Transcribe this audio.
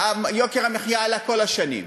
יוקר המחיה עלה כל השנים,